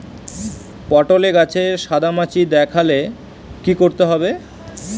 পটলে গাছে সাদা মাছি দেখালে কি করতে হবে?